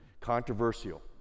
controversial